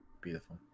Beautiful